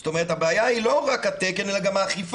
זאת אומרת הבעיה היא לא רק התקן אלא גם האכיפה.